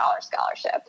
scholarship